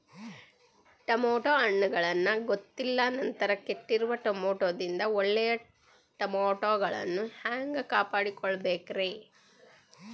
Tomato ಹಣ್ಣುಗಳನ್ನ ಗೊತ್ತಿಲ್ಲ ನಂತರ ಕೆಟ್ಟಿರುವ ಟಮಾಟೊದಿಂದ ಒಳ್ಳೆಯ ಟಮಾಟೊಗಳನ್ನು ಹ್ಯಾಂಗ ಕಾಪಾಡಿಕೊಳ್ಳಬೇಕರೇ?